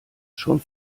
schon